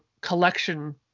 collection